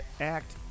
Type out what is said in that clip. act